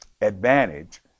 advantage